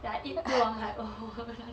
that I eat two on my own